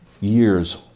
years